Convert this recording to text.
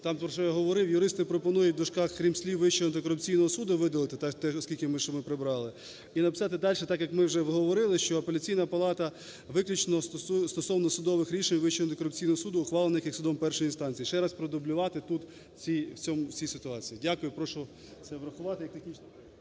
про що я говорив, юристи пропонують в дужках крім слів "Вищого антикорупційного суду", видалити, оскільки ми прибрали. І написати дальше так, як ми вже обговорили, що Апеляційна палата виключно стосовно судових рішень Вищого антикорупційного суду, ухвалених судом першої інстанції. Ще раз продублювати тут, в цій ситуації. Дякую. Прошу це врахувати…